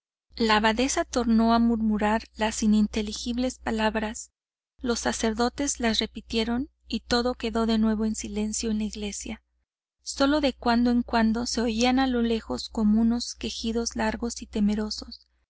la abadesa tornó a murmurar las ininteligibles palabras los sacerdotes la repitieron y todo quedó de nuevo en silencio en la iglesia sólo de cuando en cuando se oían a lo lejos como unos quejidos largos y temerosos